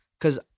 cause